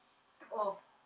oh